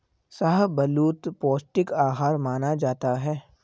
शाहबलूत पौस्टिक आहार माना जाता है